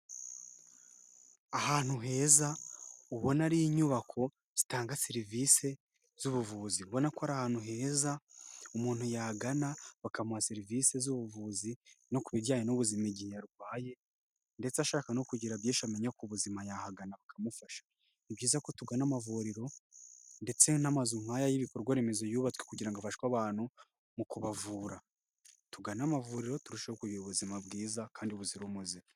Ahantu heza ubona ari inyubako zitanga serivisi z'ubuvuzi. Ubona ko ari ahantu heza umuntu yagana bakamuha serivisi z'ubuvuzi no ku bijyanye n'ubuzima igihe arwaye, ndetse ashaka no kugira byinshi amenya ku buzima yahagana bakamufasha. Ni byiza ko tugana amavuriro, ndetse n'amazu nk'aya y'ibikorwa remezo yubatswe kugira ngo abashwe abantu mu kubavura. Tugana amavuriro turusheho kugira ubuzima bwiza kandi buzira umuze.